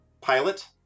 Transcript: pilot